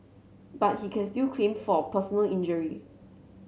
but he can still claim for personal injury